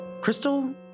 Crystal